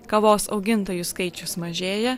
kavos augintojų skaičius mažėja